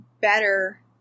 better